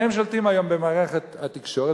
שולטים היום במערכת התקשורת,